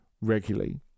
regularly